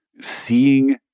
seeing